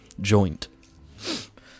joint